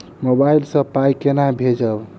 Mobile सँ पाई केना भेजब?